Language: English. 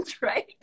right